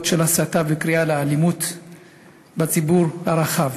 של הסתה וקריאה לאלימות בציבור הרחב,